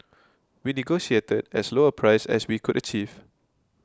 we negotiated as low a price as we could achieve